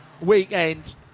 weekend